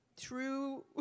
true